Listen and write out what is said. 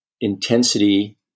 intensity